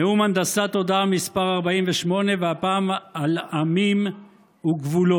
נאום הנדסת תודעה מס' 48, והפעם על עמים וגבולות: